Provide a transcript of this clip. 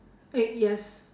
egg yes